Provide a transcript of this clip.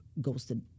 ghosted